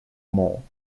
mall